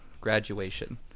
graduation